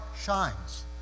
shines